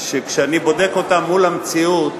שכשאני בודק אותם מול המציאות,